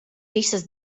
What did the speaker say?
visas